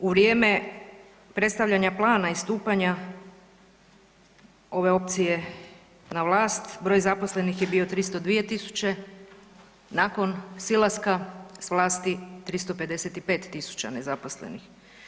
U vrijeme predstavljanja plana i stupanja ove opcije na vlast broj zaposlenih je bio 302.000, nakon silaska s vlasti 355.000 nezaposlenih.